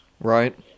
Right